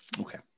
okay